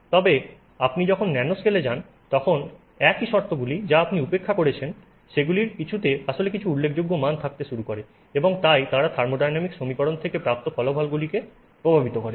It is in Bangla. তবে আপনি যখন ন্যানোস্কেল যান সেই একই শর্তগুলি যা আপনি উপেক্ষা করেছেন সেগুলির কিছুতে আসলে কিছু উল্লেখযোগ্য মান থাকতে শুরু করে এবং তাই তারা থার্মোডাইনামিক সমীকরণ থেকে প্রাপ্ত ফলাফলকে প্রভাবিত করে